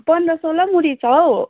पन्ध्र सोह्र मुरी छ हौ